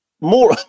more